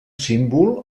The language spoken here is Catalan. símbol